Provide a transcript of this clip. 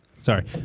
Sorry